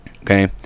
Okay